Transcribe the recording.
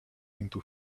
into